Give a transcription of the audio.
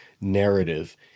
narrative